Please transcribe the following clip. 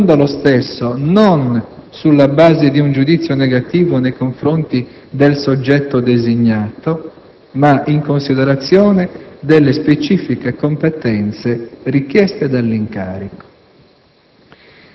motivando lo stesso, non sulla base di un giudizio negativo nei confronti del soggetto designato, ma in considerazione delle specifiche competenze richieste dall'incarico.